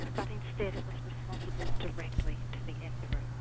but instead it was responsible directly to the emperor,